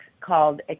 called